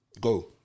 Go